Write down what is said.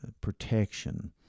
protection